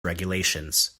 regulations